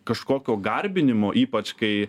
kažkokio garbinimo ypač kai